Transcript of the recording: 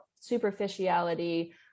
superficiality